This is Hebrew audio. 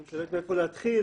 אני מתלבט מאיפה להתחיל.